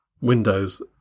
windows